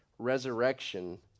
resurrection